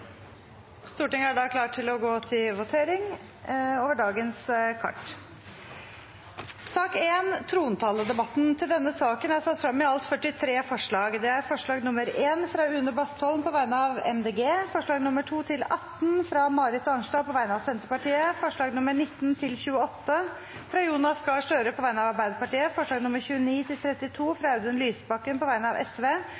Stortinget er da klar til å gå til votering over sakene på dagens kart. Under debatten er det satt frem i alt 43 forslag. Det er: forslag nr. 1, fra Une Bastholm på vegne av Miljøpartiet De Grønne forslagene nr. 2–18, fra Marit Arnstad på vegne av Senterpartiet forslagene nr. 19–28, fra Jonas Gahr Støre på vegne av Arbeiderpartiet